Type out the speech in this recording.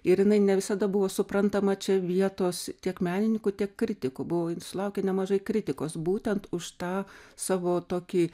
ir jinai ne visada buvo suprantama čia vietos tiek menininkų tiek kritikų buvo sulaukė nemažai kritikos būtent už tą savo tokį